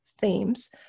themes